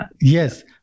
Yes